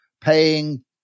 paying